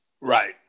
right